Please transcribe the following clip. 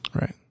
Right